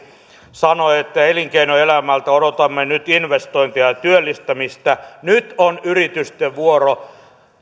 sanoi että elinkeinoelämältä odotamme nyt investointeja ja työllistämistä nyt on yritysten vuoro